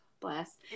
Bless